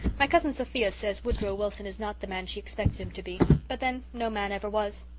my cousin sophia says woodrow wilson is not the man she expected him to be but then no man ever was.